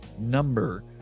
number